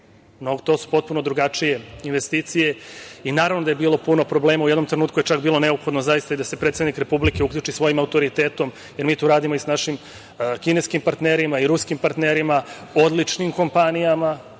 to su potpuno drugačije investicije i naravno da je bilo puno problema. U jednom trenutku je čak bilo neophodno, zaista, i da se predsednik Republike uključi svojim autoritetom, jer mi tu radimo i sa našim kineskim partnerima i ruskim partnerima, odličnim kompanijama,